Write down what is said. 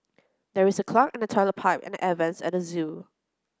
there is a clog in the toilet pipe and the air vents at the zoo